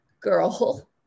girl